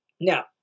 Now